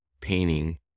painting